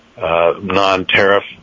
non-tariff